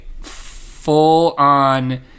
full-on